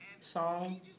song